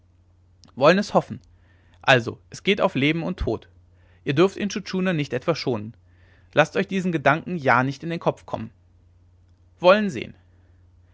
wollen es hoffen also es geht auf leben und tod ihr dürft intschu tschuna nicht etwa schonen laßt euch diesen gedanken ja nicht in den kopf kommen wollen sehen